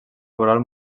laboral